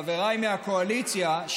חבריי מהקואליציה,